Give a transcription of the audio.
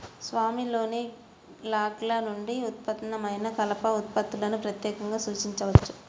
స్వామిలోని లాగ్ల నుండి ఉత్పన్నమైన కలప ఉత్పత్తులను ప్రత్యేకంగా సూచించవచ్చు